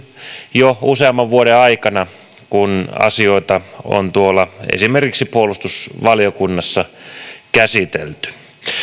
jo useamman vuoden aikana kun asioita on esimerkiksi puolustusvaliokunnassa käsitelty